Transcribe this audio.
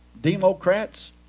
Democrats